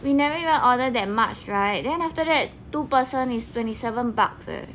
we never even order that much right then after that two person is twenty seven bucks eh